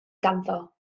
ganddo